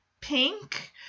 pink